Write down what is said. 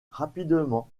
rapidement